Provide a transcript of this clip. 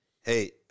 Hey